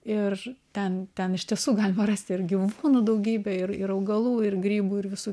ir ten ten iš tiesų galima rasti ir gyvūnų daugybę ir ir augalų ir grybų ir visų